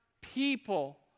people